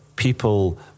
People